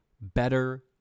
better